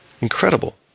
Incredible